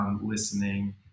listening